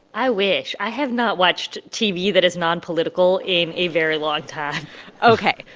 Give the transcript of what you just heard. i wish. i have not watched tv that is nonpolitical in a very long time ok.